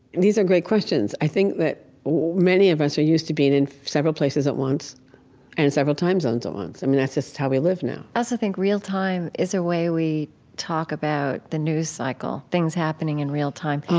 these are great questions. i think that many of us are used to being in several places at once and in several time zones at once. i mean that's just how we live now i also think real time is a way we talk about the news cycle, things happening in real time.